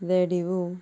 radio